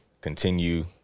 continue